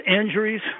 injuries